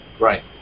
Right